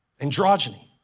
Androgyny